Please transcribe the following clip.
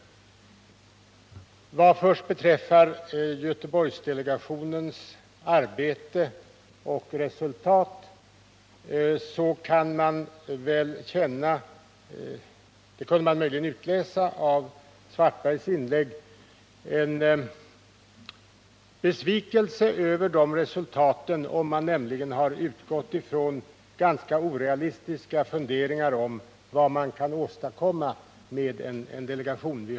Vad först beträffar Göteborgsdelegationens arbete och resultat kan man känna besvikelse över detta — det kunde man möjligen utläsa av Karl-Erik Svartbergs inlägg — om man har utgått från ganska orealistiska funderingar om vad som kan åstadkommas av en delegation.